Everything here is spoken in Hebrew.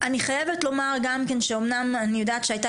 אני חייבת לומר גם כן שאמנם אני יודעת שהיתה